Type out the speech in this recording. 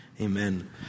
Amen